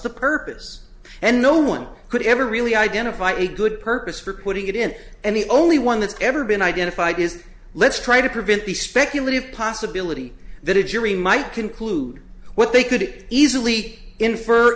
the purpose and no one could ever really identify a good purpose for putting it in and the only one that's ever been identified is let's try to prevent the speculative possibility that a jury might conclude what they could easily infer